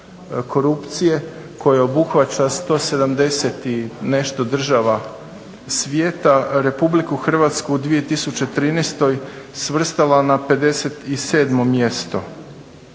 korupcije koja obuhvaća 170 i nešto država svijeta, RH u 2013. svrstala na 57 mjesto